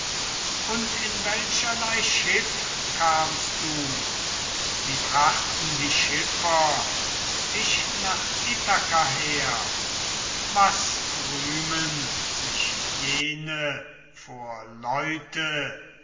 und in welcherlei schiff kamst du wie brachten die schiffer dich nach ithaka her was rühmen sich jene für leute